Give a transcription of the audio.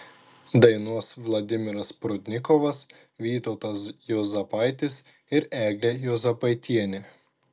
dainuos vladimiras prudnikovas vytautas juozapaitis ir eglė juozapaitienė